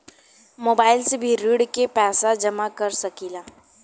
Mobile से भी ऋण के पैसा जमा कर सकी ला?